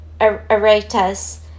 Aretas